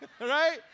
Right